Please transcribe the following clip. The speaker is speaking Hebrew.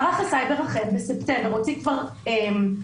מערך הסייבר אכן בספטמבר הוציא כבר מהדורה